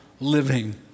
living